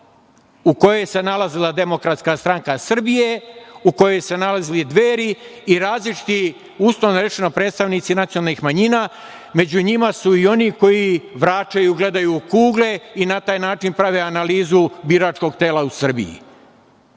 u kojoj se nalazila DSS, u kojoj su se nalazili Dveri i različiti, uslovno rečeno, predstavnici nacionalnih manjina. Među njima su i oni koji vračaju, gledaju u kugle i na taj način prave analizu biračkog tela u Srbiji. Vi